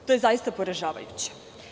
To je zaista poražavajuće.